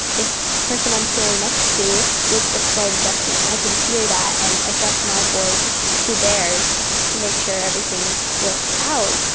if the person i'm sitting next to makes a slight adjustment i can hear that and adjust my voice to theirs to make sure everything works out.